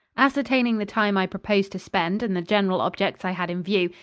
ascertaining the time i proposed to spend and the general objects i had in view,